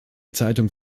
zeitung